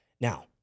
Now